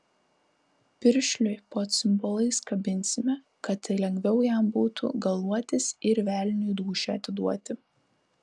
piršliui po cimbolais kabinsime kad lengviau jam būtų galuotis ir velniui dūšią atiduoti